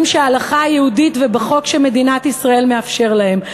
שההלכה היהודית ובחוק שמדינת ישראל מאפשרים להם.